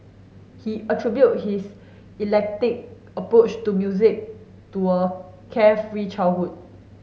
he attribute his approach to music to a carefree childhood